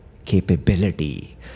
capability